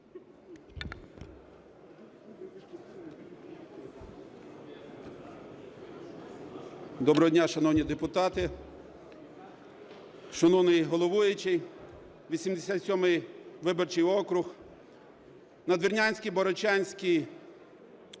Доброго дня, шановні депутати, шановний головуючий. 87 виборчий округ, Надвірнянський, Богородчанський